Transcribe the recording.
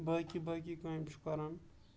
باقٕے باقٕے کامہِ چھُ کَران